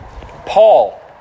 Paul